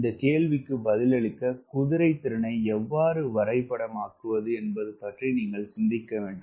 இந்த கேள்விக்கு பதிலளிக்க குதிரைத்திறனை எவ்வாறு வரைபடமாக்குவது என்பது பற்றி நீங்கள் சிந்திக்க வேண்டும்